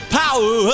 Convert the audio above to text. power